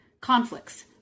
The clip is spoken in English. conflicts